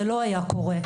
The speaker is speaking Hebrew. זה לא היה קורה.